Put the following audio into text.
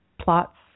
plots